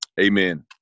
Amen